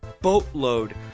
boatload